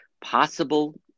possible